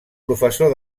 professor